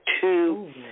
two